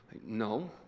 No